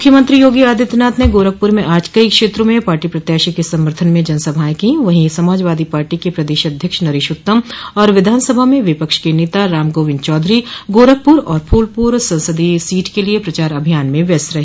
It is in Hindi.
मुख्यमंत्री योगी आदित्यनाथ ने गोरखपुर में आज कई क्षेत्रा में पार्टी प्रत्याशी के समर्थन में जनसभाएं की वहीं समाजवादी पार्टी के प्रदेश अध्यक्ष नरेश उत्तम और विधानसभा में विपक्ष के नेता राम गोविन्द चौधरी गोरखपुर और फूलपुर संसदीय सीट के लिए प्रचार अभियान में व्यस्त रहे